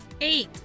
Eight